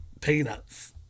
peanuts